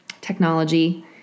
technology